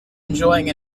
enjoying